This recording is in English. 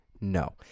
No